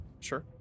Sure